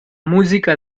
música